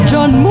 John